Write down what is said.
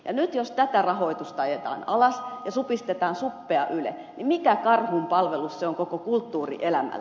jos nyt tätä rahoitusta ajetaan alas ja supistetaan suppea yle mikä karhunpalvelus se on koko kulttuurielämälle